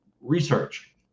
research